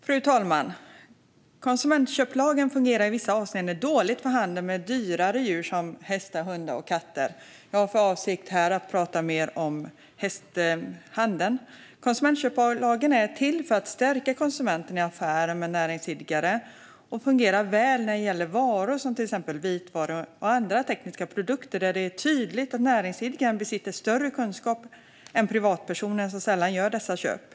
Fru talman! Konsumentköplagen fungerar i vissa avseenden dåligt för handel med dyrare djur som hästar, hundar och katter. Jag har för avsikt att prata om hästhandeln. Konsumentköplagen är till för att stärka konsumenten i affären med näringsidkare och fungerar väl när det gäller köp av varor såsom vitvaror och andra tekniska produkter där det är tydligt att näringsidkaren besitter större kunskap än privatpersonen, som sällan gör dessa köp.